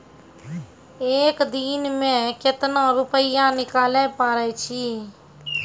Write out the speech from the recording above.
एक दिन मे केतना रुपैया निकाले पारै छी?